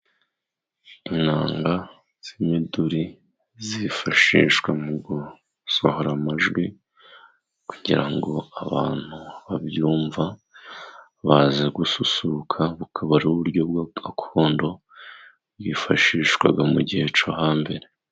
Inanga z'imiduri zifashishwa mu gusohora amajwi, kugira ngo abantu babyumva baze gususuruka, kuko ari uburyo bwa gakondo bwifashishwaga mu gihe cyo hambere.